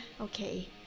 okay